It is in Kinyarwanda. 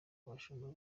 abashumba